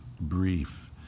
Brief